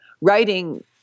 writing